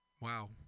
Wow